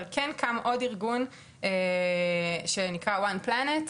אבל קם עוד ארגון שנקרא "One Planet",